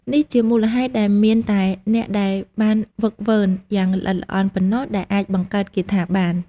នេះជាមូលហេតុដែលមានតែអ្នកដែលបានហ្វឹកហ្វឺនយ៉ាងល្អិតល្អន់ប៉ុណ្ណោះដែលអាចបង្កើតគាថាបាន។